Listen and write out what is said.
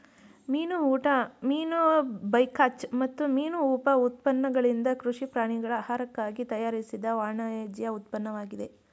ಮೀನು ಊಟ ಮೀನು ಬೈಕಾಚ್ ಮತ್ತು ಮೀನು ಉಪ ಉತ್ಪನ್ನಗಳಿಂದ ಕೃಷಿ ಪ್ರಾಣಿಗಳ ಆಹಾರಕ್ಕಾಗಿ ತಯಾರಿಸಿದ ವಾಣಿಜ್ಯ ಉತ್ಪನ್ನವಾಗಿದೆ